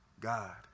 god